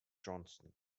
johnston